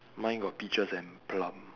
mine got peaches and plum